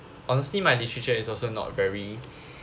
honestly my literature is also not very